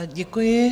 Děkuji.